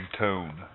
tone